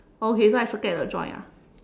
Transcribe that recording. okay so I circle at the joint ah